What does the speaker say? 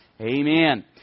Amen